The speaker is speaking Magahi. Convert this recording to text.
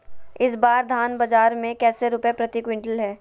इस बार धान बाजार मे कैसे रुपए प्रति क्विंटल है?